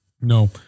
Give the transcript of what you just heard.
No